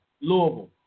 Louisville